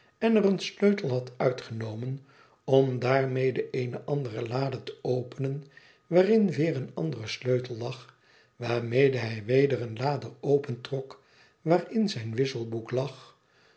en er een sleutel had uitgenomen om daarmede eene andere lade te openen waarin weer een andere sleutel lag waarmede hij weder eene lade opentrok waarin zijn wisselboek lag